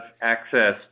access